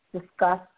discuss